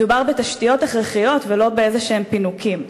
מדובר בתשתיות הכרחיות ולא בפינוקים כלשהם.